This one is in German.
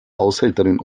haushälterin